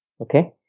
okay